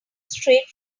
straight